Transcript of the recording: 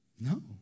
No